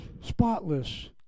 spotless